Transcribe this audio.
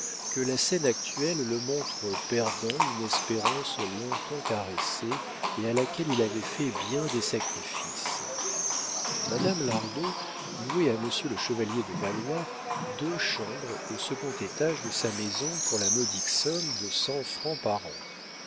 que la scène actuelle le montrera perdant une espérance longtemps caressée et à laquelle il avait fait bien des sacrifices madame lardot louait à monsieur le chevalier de valois deux chambres au second étage de sa maison pour la modique somme de cent francs par an